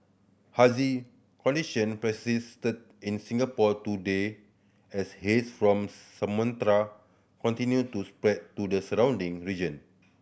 hazy condition persisted in Singapore today as haze from Sumatra continued to spread to the surrounding region